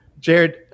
Jared